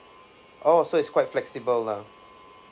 oh so it's quite flexible lah